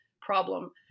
problem